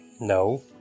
No